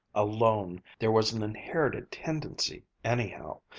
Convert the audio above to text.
alone! there was an inherited tendency, anyhow.